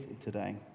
today